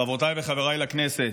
חברותי וחבריי לכנסת,